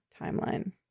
timeline